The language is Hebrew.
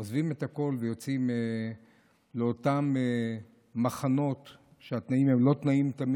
עוזבים הכול ויוצאים לאותם מחנות שבהם התנאים הם לא תמיד תנאים,